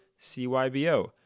CYBO